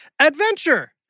adventure